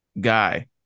Guy